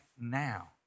now